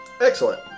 Excellent